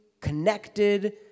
connected